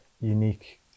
unique